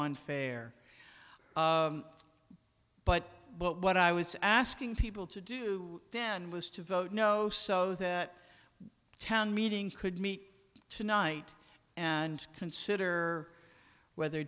unfair but what i was asking people to do dan was to vote no so that town meetings could meet tonight and consider whether